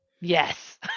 Yes